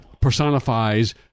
personifies